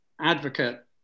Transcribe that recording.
advocate